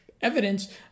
evidence